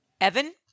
Evan